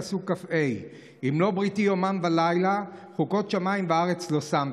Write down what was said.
פסוק כ"ה: "אם לא בריתי יומם ולילה חקות שמים וארץ לא שמתי".